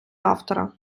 автора